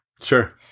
Sure